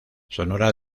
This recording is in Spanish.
sonora